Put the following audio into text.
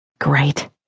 great